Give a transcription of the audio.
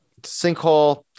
sinkhole